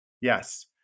Yes